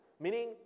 meaning